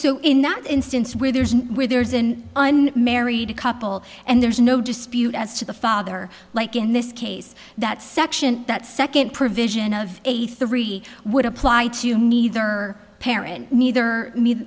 so in that instance where there's an where there isn't a married couple and there's no dispute as to the father like in this case that section that second provision of a three would apply to neither parent neither me